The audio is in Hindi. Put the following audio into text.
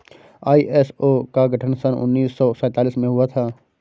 आई.एस.ओ का गठन सन उन्नीस सौ सैंतालीस में हुआ था